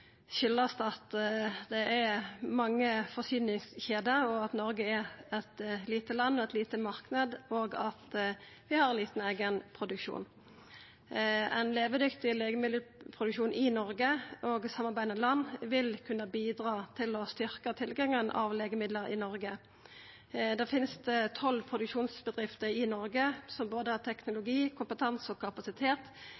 av at det er mange forsyningskjeder, at Noreg er eit lite land og ein liten marknad, og at vi har liten eigenproduksjon. Ein levedyktig legemiddelproduksjon i Noreg og samarbeidande land vil kunna bidra til å styrkja tilgangen på legemiddel i Noreg. Det finst tolv produksjonsbedrifter i Noreg som har både